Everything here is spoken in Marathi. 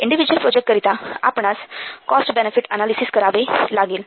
इंडिव्हिज्युअल प्रोजेक्ट करीता आपणास कॉस्ट बेनेफिट अनालिसिस करावे लागेल